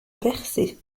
persée